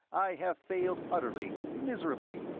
i have failed utterly, miserably.